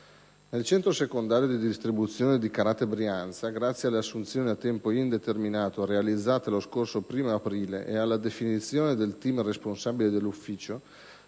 Nel centro secondario di distribuzione di Carate Brianza, grazie alle assunzioni a tempo indeterminato realizzate lo scorso 1° aprile ed alla definizione del *team* responsabile dell'ufficio,